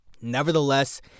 nevertheless